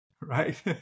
right